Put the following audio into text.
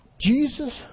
Jesus